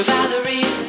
Valerie